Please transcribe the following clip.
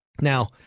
Now